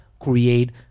create